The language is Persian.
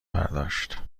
برداشت